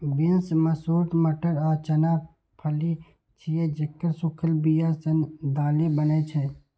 beans, मसूर, मटर आ चना फली छियै, जेकर सूखल बिया सं दालि बनै छै